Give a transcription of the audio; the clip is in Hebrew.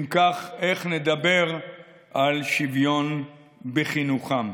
ואם כך, איך נדבר על שוויון בחינוכם?